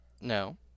No